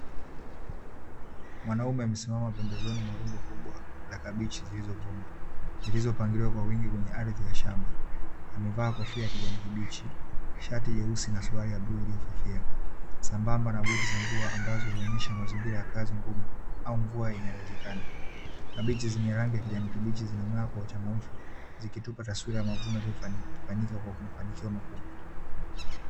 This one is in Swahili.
Mwanaume amesimama pembezoni mwa rundo kubwa la kabichi zilizovunwa, zilizopangiliwa kwa wingi kwenye ardhi ya shamba. Amevaa kofia ya kijani kibichi, shati jeusi na suruali ya bluu iliyo fifia, sambamba na buti za mvua ambazo huonyesha mazingira ya kazi ngumu au mvua inayowezekana. Kabichi zenye rangi ya kijani kibichi zinang'aa kwa uchangamfu zikitupa taswira ya mavuno yaliyofanyika kwa mafanikio makubwa.